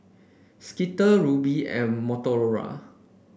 Skittle Rubi and Motorola